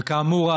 וכאמור,